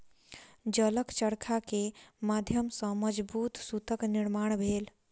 जलक चरखा के माध्यम सॅ मजबूत सूतक निर्माण भेल